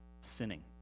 sinning